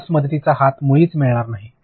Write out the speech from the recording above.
आपणास मदतीचा हात मुळीच मिळणार नाही